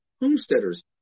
homesteaders